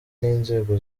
n’inzego